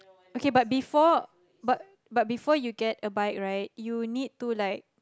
okay but before but but before you get a bike right you need to like